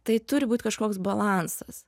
tai turi būt kažkoks balansas